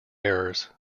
errors